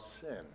sin